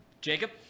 Jacob